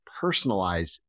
personalize